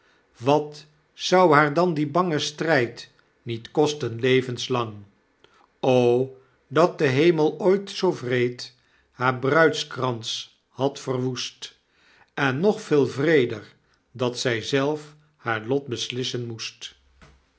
wat zou haar dan die bange strijd niet kosten levenslang dat de hemel ooit zoo wreed haar bruidskrans had verwoest en nog veel wreeder dat zij zelf haar lot beslissen moest